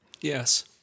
Yes